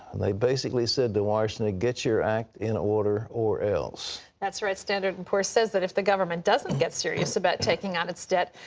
and they basically said to washington, get your act in order or else. that's right. standard and poor's says that if the government doesn't get serious about taking on its debt,